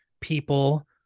people